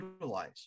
utilize